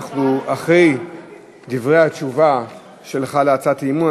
אחרי דברי התשובה שלך על הצעת האי-אמון,